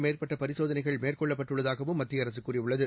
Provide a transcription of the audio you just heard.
இந்தநோய் மேற்பட்டபரிசோதனைகள் மேற்கொள்ளப்பட்டுள்ளதாகவும் மத்தியஅரசுகூறியுள்ளது